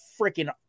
freaking